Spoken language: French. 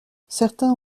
certains